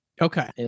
okay